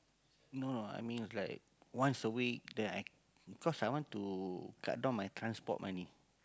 no I means like once a week then I cause I want to cut down on my transport money